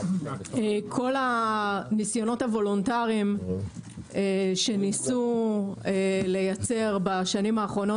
כל הניסיונות הוולונטריים שניסו לייצר בשנים האחרונות